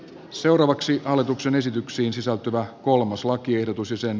seuraavaksi hallituksen esityksiin sisältyvä kolmas lakiehdotus isän